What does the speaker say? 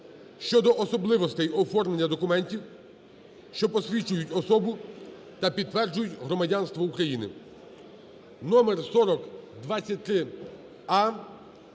(щодо особливостей оформлення документів, що посвідчують особу та підтверджують громадянство України)